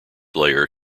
layer